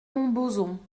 montbozon